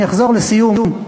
אני אחזור, לסיום,